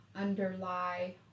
underlie